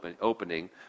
opening